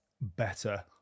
better